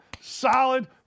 solid